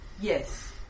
Yes